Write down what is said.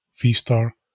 V-Star